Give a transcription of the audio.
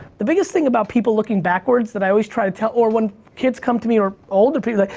the biggest thing about people looking backwards that i always try to tell or when kids come to me or older people, like